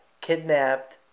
kidnapped